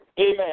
amen